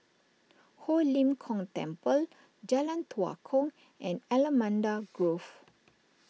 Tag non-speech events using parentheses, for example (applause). Ho Lim Kong Temple Jalan Tua Kong and Allamanda (noise) Grove